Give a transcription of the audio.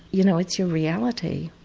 you know it's your reality,